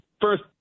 First